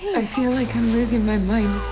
feel like i'm losing my mind.